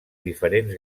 diferents